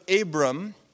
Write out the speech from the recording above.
Abram